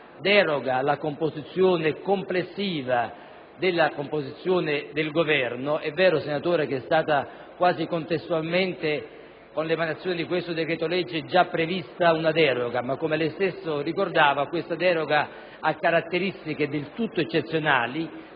deroga alla composizione complessiva del Governo, è vero, senatore, che quasi contestualmente con l'emanazione di questo decreto-legge è stata già prevista una deroga, ma, come lei stesso ricordava, essa ha caratteristiche del tutto eccezionali,